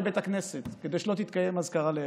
בית הכנסת כדי שלא תתקיים אזכרה להרצל.